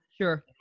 sure